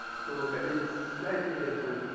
so, that is slightly different